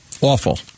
awful